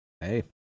Hey